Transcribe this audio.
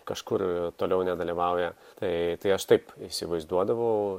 kažkur toliau nedalyvauja tai tai aš taip įsivaizduodavau